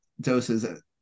doses